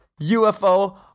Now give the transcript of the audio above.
UFO